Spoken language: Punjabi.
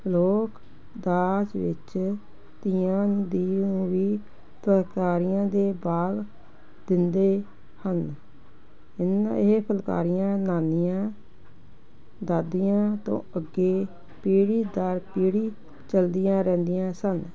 ਲੋਕ ਦਾਜ ਵਿੱਚ ਧੀਆਂ ਦੀ ਨੂੰ ਵੀ ਫੁਲਕਾਰੀਆਂ ਦੇ ਬਾਗ ਦਿੰਦੇ ਹਨ ਇਨਾਂ ਇਹ ਫੁਲਕਾਰੀਆਂ ਨਾਨੀਆਂ ਦਾਦੀਆਂ ਤੋਂ ਅੱਗੇ ਪੀੜੀ ਦਰ ਪੀੜੀ ਚਲਦੀਆਂ ਰਹਿੰਦੀਆਂ ਸਨ